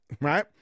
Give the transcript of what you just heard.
Right